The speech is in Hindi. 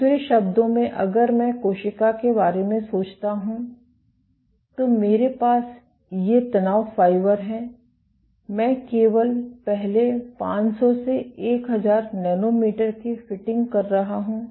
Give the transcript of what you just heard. दूसरे शब्दों में अगर मैं कोशिका के बारे में सोचता हूं तो मेरे पास ये तनाव फाइबर हैं मैं केवल पहले 500 से 1000 नैनोमीटर की फिटिंग कर रहा हूं